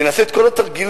ונעשה את כל התרגילים,